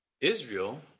Israel